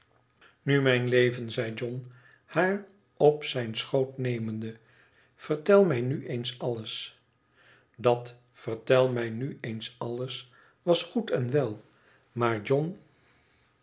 nu mijn leven zei john haar op zijn schoot nemende vertel mij nu eens alles dat t vertel mij nu eens alles was goed en wel maar john